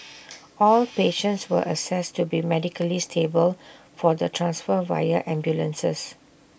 all patients were assessed to be medically stable for the transfer via ambulances